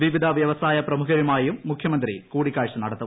വിവിധ വ്യവസായ പ്രമുഖരുമായും മുഖ്യമന്ത്രി കൂടിക്കാഴ്ച നടത്തും